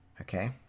Okay